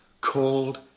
called